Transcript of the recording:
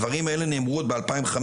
הדברים האלה נאמרו עוד ב- 2015,